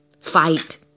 fight